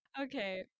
Okay